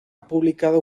publicado